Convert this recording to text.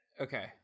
okay